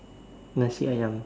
Nasi ayam